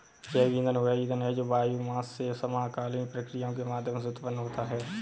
जैव ईंधन वह ईंधन है जो बायोमास से समकालीन प्रक्रियाओं के माध्यम से उत्पन्न होता है